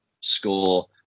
score